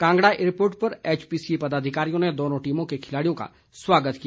Kangra airport पर एचपीसीए पदाधिकारियों ने दोनों टीमों के खिलाड़ियों का स्वागत किया